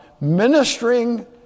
ministering